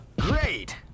Great